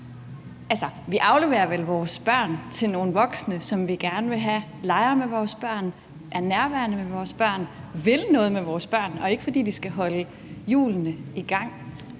vi afleverer vel vores børn til nogle voksne, som vi gerne vil have leger med vores børn, er nærværende for vores børn, vil noget med vores børn – vi gør det ikke, fordi de skal holde hjulene i gang.